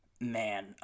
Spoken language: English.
man